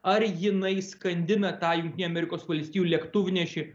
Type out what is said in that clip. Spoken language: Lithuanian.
ar jinai skandina tą jungtinių amerikos valstijų lėktuvnešį